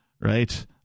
right